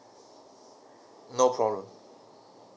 no problem